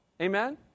Amen